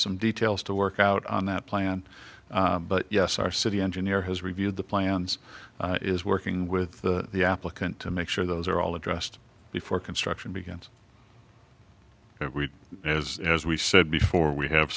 some details to work out on that plan but yes our city engineer has reviewed the plans is working with the applicant to make sure those are all addressed before construction begins if we as as we said before we have